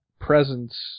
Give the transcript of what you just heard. presence